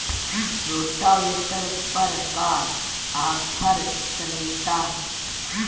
Rotavator पर का offer चलता?